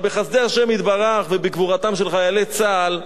אבל בחסדי השם יתברך ובגבורתם של חיילי צה"ל,